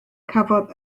cafodd